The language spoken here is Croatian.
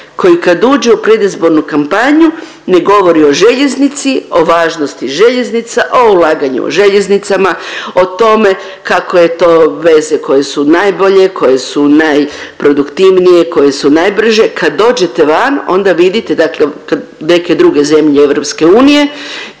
koji kad uđe u predizbornu kampanju ne govori o željeznici, o važnosti željeznica, o ulaganju u željeznicama, o tome kako je to veze koje su najbolje, koje su naproduktivnije, koje su najbrže. Kad dođete van onda vidite dakle kod neke druge zemlje EU, kad vidite